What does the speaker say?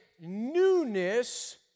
newness